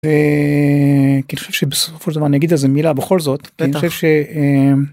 ‫כי אני חושב שבסופו של דבר ‫אני אגיד לזה מילה בכל זאת, כי אני חושב ש...